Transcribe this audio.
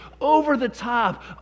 over-the-top